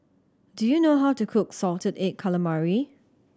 do you know how to cook salted egg calamari